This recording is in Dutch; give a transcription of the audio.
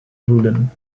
voelen